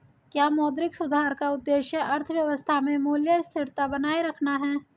क्या मौद्रिक सुधार का उद्देश्य अर्थव्यवस्था में मूल्य स्थिरता बनाए रखना है?